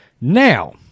Now